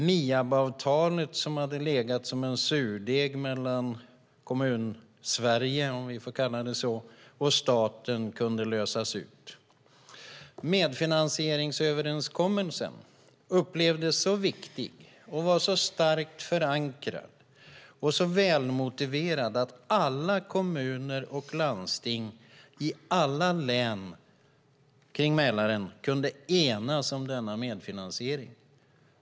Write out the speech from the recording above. MIAB-avtalet som hade legat som en surdeg mellan Kommunsverige, om vi får kalla det så, och staten kunde lösas ut. Medfinansieringsöverenskommelsen upplevdes så viktig och var så starkt förankrad och så välmotiverad att alla kommuner och landsting i alla län kring Mälaren kunde enas om denna medfinansiering.